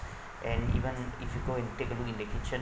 and even if you go and take a look in the kitchen